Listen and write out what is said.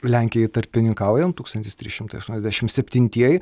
lenkijai tarpininkaujan tūkstantis trys šimtai aštuoniasdešim septintieji